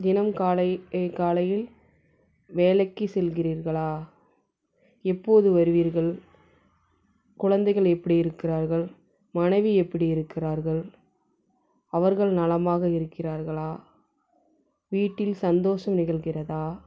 தினமும் காலை காலையில் வேலைக்கு செல்கிறீர்களா எப்போது வருவீர்கள் குழந்தைகள் எப்படி இருக்கிறார்கள் மனைவி எப்படி இருக்கிறார்கள் அவர்கள் நலமாக இருக்கிறார்களா வீட்டில் சந்தோஷம் நிகழ்கிறதா